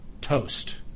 toast